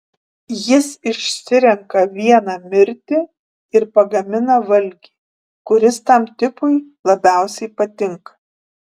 jis išsirenka vieną mirti ir pagamina valgį kuris tam tipui labiausiai patinka